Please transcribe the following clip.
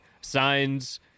Signs